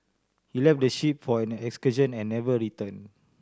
he left the ship for an excursion and never return